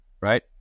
right